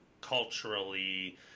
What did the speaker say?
culturally